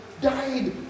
died